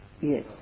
Yes